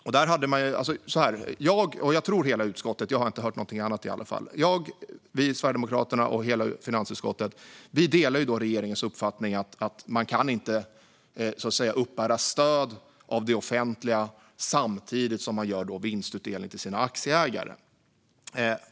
Jag, Sverigedemokraterna och, tror jag, hela finansutskottet - jag har i alla fall inte hört något annat - delar regeringens uppfattning att man inte kan uppbära stöd från det offentliga samtidigt som man delar ut vinst till sina aktieägare.